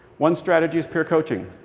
one strategy is peer coaching.